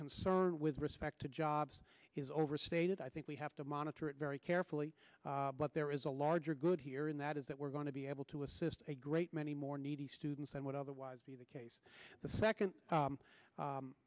concern with respect to jobs is overstated i think we have to monitor it very carefully but there is a larger good here and that is that we're going to be able to assist a great many more needy students and would otherwise be the case the second